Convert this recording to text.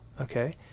Okay